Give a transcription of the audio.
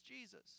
Jesus